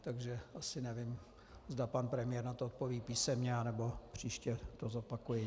Takže asi nevím, zda pan premiér na to odpoví písemně, anebo příště to zopakuji.